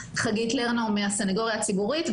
חגית לרנאו מהסנגוריה הציבורית,